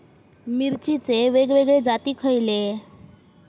मिरचीचे वेगवेगळे जाती खयले?